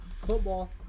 Football